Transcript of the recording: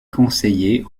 conseiller